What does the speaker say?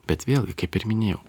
bet vėlgi kaip ir minėjau